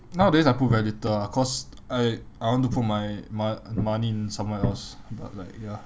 nowadays I put very little ah cause I I want to put my mon~ money in somewhere else but like ya